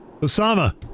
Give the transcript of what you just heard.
Osama